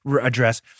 address